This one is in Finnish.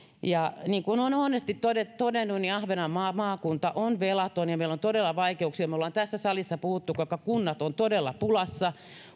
niin kuin olen monesti todennut todennut ahvenanmaan maakunta on velaton ja meillä on todella vaikeuksia me olemme tässä salissa puhuneet kuinka kunnat ovat todella pulassa